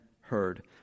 heard